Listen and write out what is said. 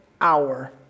hour